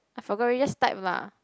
I forgot already just type lah